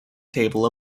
table